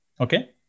Okay